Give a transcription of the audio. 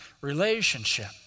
relationship